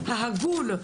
ההגון,